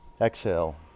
exhale